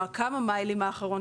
או הכמה-מיילים האחרונים,